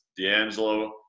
D'Angelo